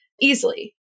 easily